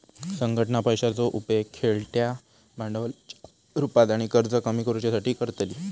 संघटना पैशाचो उपेग खेळत्या भांडवलाच्या रुपात आणि कर्ज कमी करुच्यासाठी करतली